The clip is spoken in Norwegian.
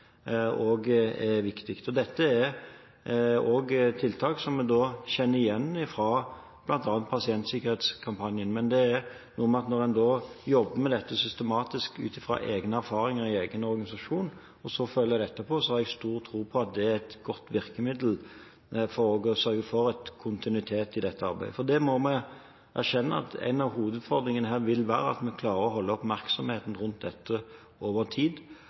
er også viktig. Dette er tiltak som vi kjenner igjen fra bl.a. pasientsikkerhetskampanjen. Men hvis en jobber med dette systematisk ut fra egne erfaringer i egen organisasjon og så følger det opp etterpå, har jeg stor tro på at det er et godt virkemiddel for å sørge for kontinuitet i dette arbeidet. Vi må erkjenne at en av hovedutfordringene vil være å klare å holde oppmerksomheten på dette over tid,